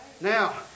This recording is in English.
Now